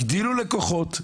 הגדילו לקוחות,